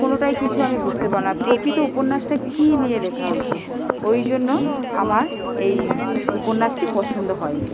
কোনোটাই কিছু আমি বুঝতে পারলাম না প্রকৃত উপন্যাসটা কী নিয়ে লেখা হয়েছে ওই জন্য আমার এই উপন্যাসটি পছন্দ হয় নি